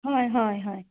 হয় হয় হয়